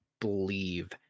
believe